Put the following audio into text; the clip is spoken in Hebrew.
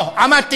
פה עמדתי,